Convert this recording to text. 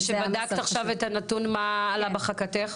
וכשבדקת עכשיו את הנתון מה העלית בחכתך?